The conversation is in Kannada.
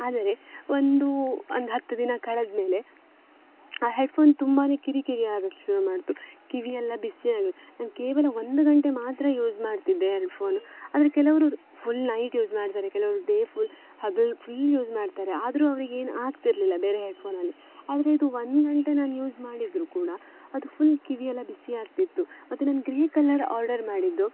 ಆದರೆ ಒಂದು ಒಂದು ಹತ್ತು ದಿನ ಕಳೆದ್ಮೇಲೆ ಆ ಹೆಡ್ಫೋನ್ ತುಂಬಾ ಕಿರಿಕಿರಿ ಆಗಕೆ ಶುರು ಮಾಡ್ತು ಕಿವಿಯೆಲ್ಲ ಬಿಸಿ ಆಗಿ ನಾನು ಕೇವಲ ಒಂದು ಗಂಟೆ ಮಾತ್ರ ಯೂಸ್ ಮಾಡ್ತಿದ್ದೆ ಹೆಡ್ಫೋನು ಆದರೆ ಕೆಲವರು ಫುಲ್ ನೈಟ್ ಯೂಸ್ ಮಾಡ್ತಾರೆ ಕೆಲವರು ಡೇ ಫುಲ್ ಹಗಲು ಫುಲ್ ಯೂಸ್ ಮಾಡ್ತಾರೆ ಆದರೂ ಅವ್ರಿಗೇನು ಆಗ್ತಿರಲಿಲ್ಲ ಬೇರೆ ಹೆಡ್ಫೋನಲ್ಲಿ ಆದರೆ ಇದು ಒಂದು ಗಂಟೆ ನಾನು ಯೂಸ್ ಮಾಡಿದರೂ ಕೂಡ ಅದು ಫುಲ್ ಕಿವಿಯೆಲ್ಲ ಬಿಸಿಯಾಗ್ತಿತ್ತು ಮತ್ತು ನಾನು ಗ್ರೇ ಕಲರ್ ಆರ್ಡರ್ ಮಾಡಿದ್ದು